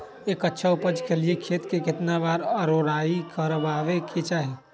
एक अच्छा उपज के लिए खेत के केतना बार कओराई करबआबे के चाहि?